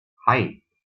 hei